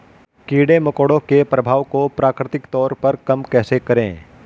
कीड़े मकोड़ों के प्रभाव को प्राकृतिक तौर पर कम कैसे करें?